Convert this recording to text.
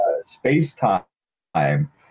space-time